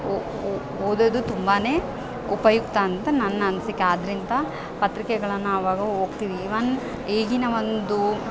ಓ ಓ ಓದೋದು ತುಂಬಾನೇ ಉಪಯುಕ್ತ ಅಂತ ನನ್ನ ಅನಿಸಿಕೆ ಆದ್ರಿಂತ ಪತ್ರಿಕೆಗಳನ್ನ ಅವಾಗ ಓದ್ತೀವಿ ಈವನ್ ಈಗಿನ ಒಂದು